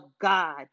God